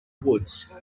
woods